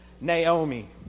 Naomi